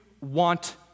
want